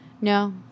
No